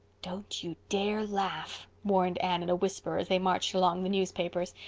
don't you dare laugh, warned anne in a whisper, as they marched along the newspapers.